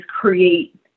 create